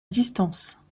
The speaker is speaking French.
distance